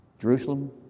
Jerusalem